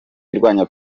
irwanya